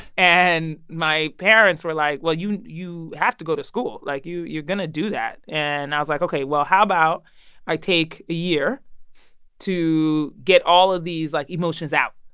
and my parents were like, well, you you have to go to school. like, you're going to do that. and i was like, ok, well, how about i take a year to get all of these, like, emotions out,